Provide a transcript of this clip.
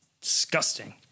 Disgusting